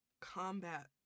combat